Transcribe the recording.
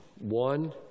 One